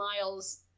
Miles